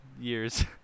years